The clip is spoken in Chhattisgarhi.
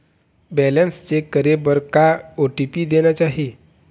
बैलेंस चेक करे बर का ओ.टी.पी देना चाही?